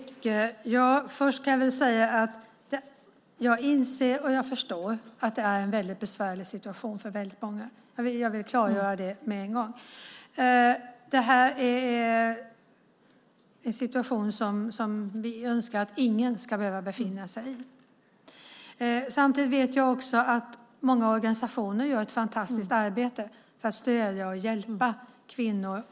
Herr talman! Först ska jag säga att jag inser och förstår att det är en mycket besvärlig situation för väldigt många. Jag vill klargöra det med en gång. Det är en situation som vi önskar att ingen skulle behöva befinna sig i. Samtidigt vet jag att många organisationer gör ett fantastiskt arbete för att stödja och hjälpa kvinnor.